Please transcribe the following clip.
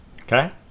Okay